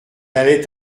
allait